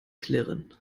klirren